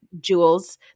jewels